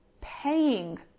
paying